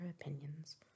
opinions